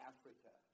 Africa